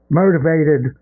motivated